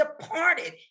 departed